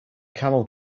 camel